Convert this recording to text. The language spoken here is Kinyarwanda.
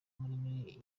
muri